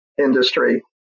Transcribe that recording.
industry